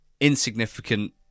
insignificant